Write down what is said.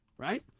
Right